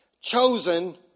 Chosen